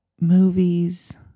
movies